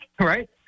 right